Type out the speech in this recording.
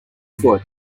foot